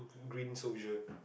green soldier